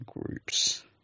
groups